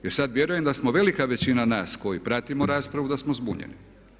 Jer sad vjerujem da smo velika većina nas koji pratimo raspravu da smo zbunjeni.